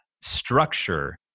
structure